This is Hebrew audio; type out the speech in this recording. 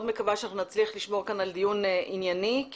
מקווה שאנחנו נצליח לשמור כאן על דיון ענייני כי